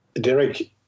Derek